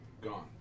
gone